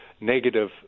negative